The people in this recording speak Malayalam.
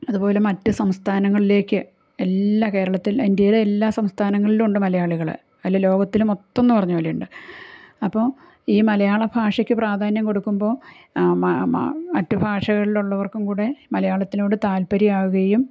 അതുപോലെ മറ്റു സംസ്ഥാനങ്ങളിലേക്ക് എല്ലാ കേരളത്തിൽ ഇന്ത്യയിലെ എല്ലാ സംസ്ഥാനങ്ങളിലുമുണ്ട് മലയാളികള് അല്ല ലോകത്തില് മൊത്തമെന്ന് പറഞ്ഞത് പോലുണ്ട് അപ്പോൾ ഈ മലയാളഭാഷയ്ക്ക് പ്രാധാന്യം കൊടുക്കുമ്പോൾ മറ്റു ഭാഷകളിൽ ഉള്ളവർക്കും കൂടെ മലയാളത്തിനോട് താല്പര്യം ആവുകയും